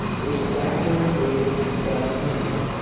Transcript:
which the doctor labeled black maria.